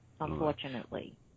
unfortunately